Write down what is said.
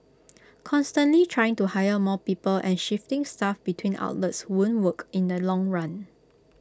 constantly trying to hire more people and shifting staff between outlets won't work in the long run